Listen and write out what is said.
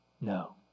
No